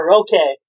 okay